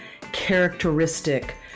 characteristic